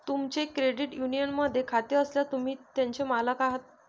तुमचे क्रेडिट युनियनमध्ये खाते असल्यास, तुम्ही त्याचे मालक आहात